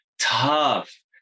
tough